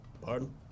Pardon